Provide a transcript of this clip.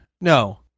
No